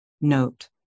note